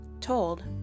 Told